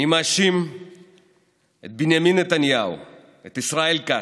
אני מאשים את בנימין נתניהו, את ישראל כץ,